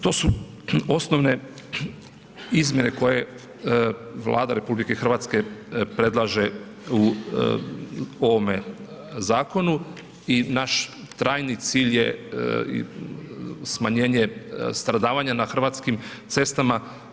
To su osnovne izmjene koje Vlada RH predlaže u ovome zakonu i naš trajni cilj je i smanjenje stradavanja na hrvatskim cestama.